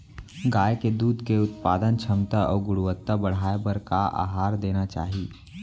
गाय के दूध के उत्पादन क्षमता अऊ गुणवत्ता बढ़ाये बर का आहार देना चाही?